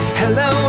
hello